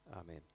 Amen